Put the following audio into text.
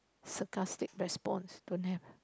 sarcastic response don't have ah